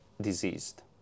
diseased